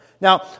Now